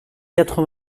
quatre